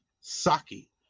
Saki